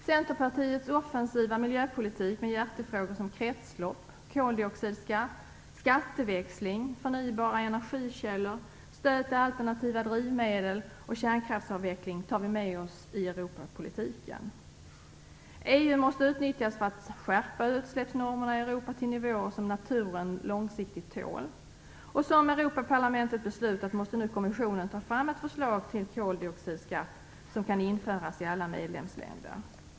Centerpartiets offensiva miljöpolitik med hjärtefrågor som kretslopp, koldioxidskatt, skatteväxling, förnybara energikällor, stöd till alternativa drivmedel och kärnkraftsavveckling tar vi med oss i Europapolitiken. EU måste utnyttjas för att skärpa utsläppsnormerna i Europa till nivåer som naturen långsiktigt tål. Som Europaparlamentet beslutat måste kommissionen nu ta fram ett förslag till koldioxidskatt som kan införas i alla medlemsländer.